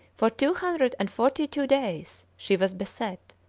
for two hundred and forty-two days she was beset,